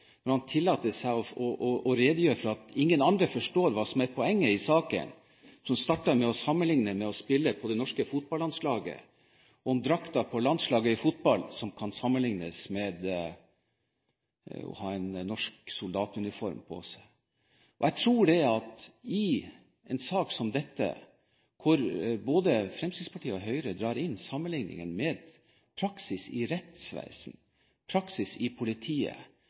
tillater seg å si at ingen andre forstår hva som er poenget i saken. Men det var faktisk han som startet med å sammenligne det å spille med landslagsdrakt på det norske fotballandslaget med det å ha en norsk soldatuniform på seg. Jeg tror at i en sak som dette, der både Fremskrittspartiet og Høyre drar sammenligningen med praksis i rettsvesen og politi, burde man unngå å bruke denne typen hersketeknikk. Det er et lavmål i